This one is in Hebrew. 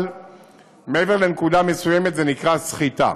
אבל מעבר לנקודה מסוימת זה נקרא סחיטה.